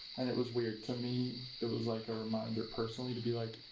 and it was weird, to me it was like a reminder, personally to be like,